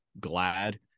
glad